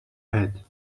head